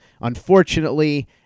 Unfortunately